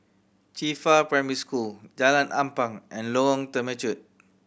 Qifa Primary School Jalan Ampang and Lorong Temechut